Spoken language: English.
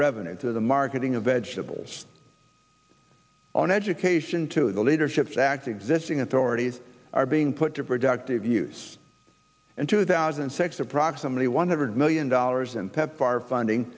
revenue to the marketing of vegetables on education to the leaderships act existing authorities are being put to productive use in two thousand and six approximately one hundred million dollars and pepfar funding